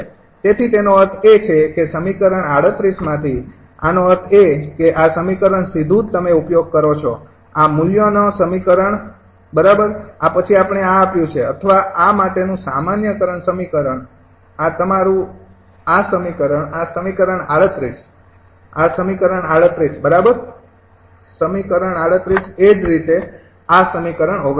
તેથી તેનો અર્થ એ છે કે સમીકરણ ૩૮ માથી આનો અર્થ એ કે આ સમીકરણ સીધું જ તમે ઉપયોગ કરો છો આ મૂલ્યનો આ સમીકરણ બરાબર આ પછી આપણે આ આપ્યું છે અથવા આ માટેનું સામાન્યકરણ સમીકરણ આ તમારુ આ સમીકરણ આ સમીકરણ ૩૮ બરાબર સમીકરણ 38 એ જ રીતે આ સમીકરણ ૩૯